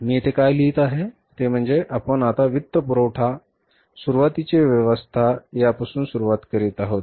तर मी येथे काय लिहित आहे ते म्हणजे आपण आता वित्तपुरवठा वित्तपुरवठा सुरवातीची व्यवस्था यापासून सुरुवात करीत आहोत